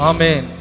Amen